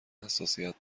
حساسیت